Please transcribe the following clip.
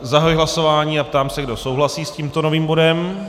Zahajuji hlasování a ptám se, kdo souhlasí s tímto novým bodem.